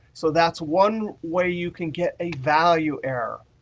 so that's one way you can get a value error.